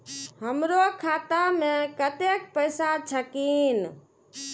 हमरो खाता में कतेक पैसा छकीन?